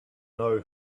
know